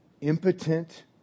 impotent